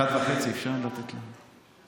אחד וחצי אפשר לתת לי?